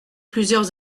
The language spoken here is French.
plusieurs